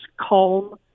calm